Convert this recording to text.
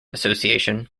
association